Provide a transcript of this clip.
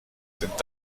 sind